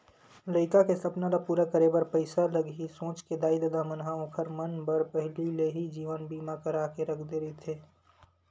लइका के सपना ल पूरा करे बर पइसा लगही सोच के दाई ददा मन ह ओखर मन बर पहिली ले ही जीवन बीमा करा के रख दे रहिथे